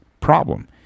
problem